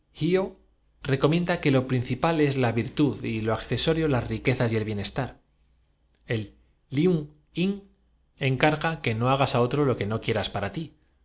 recomienda que lo principal es brebaje en vano fué que los sectarios de confucio la virtud y lo accesorio las riquezas y el bienestar quisieran desenmascararlos protegidos por el empe el liun in encarga que no hagas á otro lo que no rador wu ti